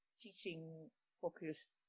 teaching-focused